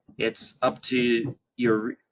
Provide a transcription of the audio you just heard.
it's up to your,